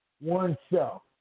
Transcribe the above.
oneself